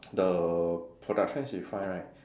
the production she find right